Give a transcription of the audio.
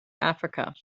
africa